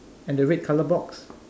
and the red color box